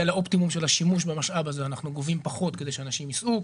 לאופטימום של השימוש במשאב הזה אנחנו גובים פחות כדי שאנשים ייסעו,